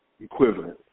equivalent